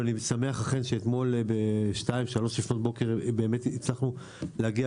ואני שמח אכן שאתמול בשתיים-שלוש לפנות בוקר הצלחנו להגיע